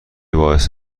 باعث